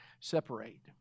separate